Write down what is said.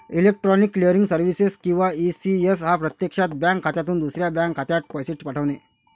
electronic clearing services किंवा ECS हा प्रत्यक्षात बँक खात्यातून दुसऱ्या बँक खात्यात पैसे पाठवणे